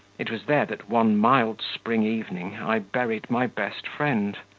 it was there that one mild spring evening i buried my best friend,